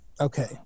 okay